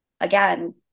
again